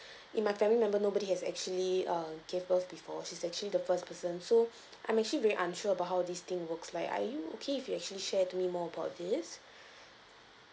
in my family member nobody has actually uh give birth before she's actually the first person so I'm actually very unsure about how this thing works like are you okay if you actually share to me more about this